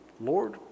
Lord